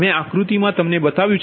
મેં આકૃતિ તમને બતાવી છે